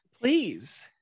please